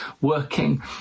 working